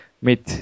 mit